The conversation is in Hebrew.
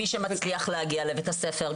מי שמצליח להגיע לבית הספר,